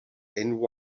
envy